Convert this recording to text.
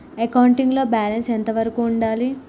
Accounting లో balance ఎంత వరకు ఉండాలి?